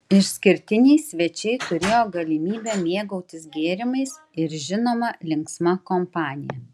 išskirtiniai svečiai turėjo galimybę mėgautis gėrimais ir žinoma linksma kompanija